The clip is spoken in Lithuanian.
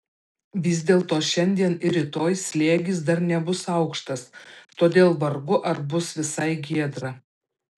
vis dėlto šiandien ir rytoj slėgis dar nebus aukštas todėl vargu ar bus visai giedra